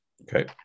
Okay